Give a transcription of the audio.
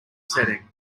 setting